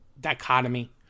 dichotomy